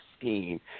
scheme